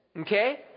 okay